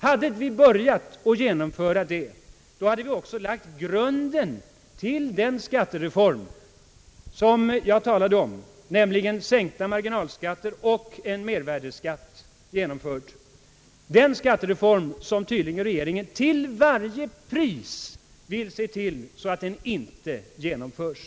Hade vi börjat att genomföra det programmet, hade vi också lagt grunden till den skattereform som jag talade om, nämligen fortsatta sänkta marginalskatter och genomförd mervärdeskatt — en skattereform som regeringen tydligen till varje pris inte vill genomföra.